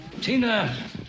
Tina